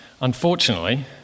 Unfortunately